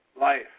Life